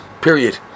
period